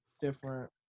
different